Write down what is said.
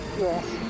Yes